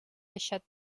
deixat